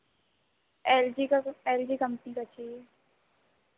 L G का L G company का चाहिए